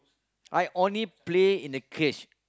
I only play in a cage